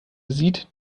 sieht